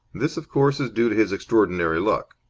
this, of course is due to his extraordinary luck.